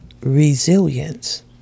Resilience